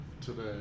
today